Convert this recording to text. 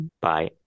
bye